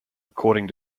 according